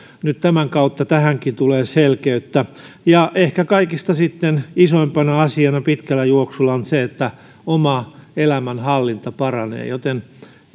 nyt tämän kautta tähänkin tulee selkeyttä ja ehkä sitten kaikista isoimpana asiana pitkällä juoksulla on se että oma elämänhallinta paranee joten